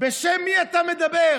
בשם מי אתה מדבר?